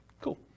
Cool